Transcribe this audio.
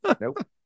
Nope